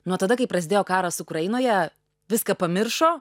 nuo tada kai prasidėjo karas ukrainoje viską pamiršo